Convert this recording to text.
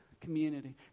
community